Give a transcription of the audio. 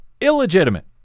illegitimate